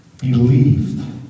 believed